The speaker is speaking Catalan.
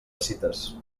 cites